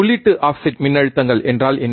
உள்ளீட்டு ஆஃப்செட் மின்னழுத்தங்கள் என்றால் என்ன